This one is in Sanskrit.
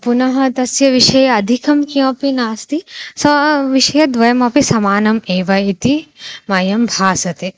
पुनः तस्य विषये अधिकं किमपि नास्ति सः विषयद्वयमपि समानम् एव इति मह्यं भासते